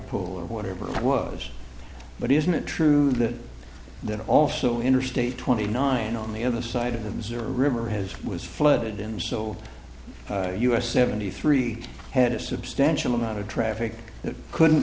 pull or whatever it was but isn't it true that that also interstate twenty nine on the other side of the missouri river has was flooded and so us seventy three had a substantial amount of traffic that couldn't